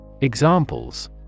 Examples